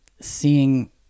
seeing